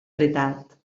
veritat